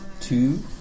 Two